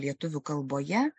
lietuvių kalboje